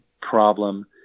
problem